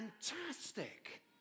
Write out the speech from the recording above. Fantastic